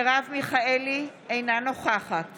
מרב מיכאלי, אינה נוכחת